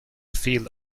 field